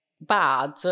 bad